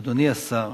אדוני השר,